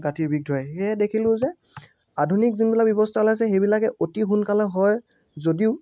গাঁঠিৰ বিষ ধৰে সেয়ে দেখিলোঁ যে আধুনিক যোনবিলাক ব্যৱস্থা ওলাইছে সেইবিলাকে অতি সোনকালে হয় যদিও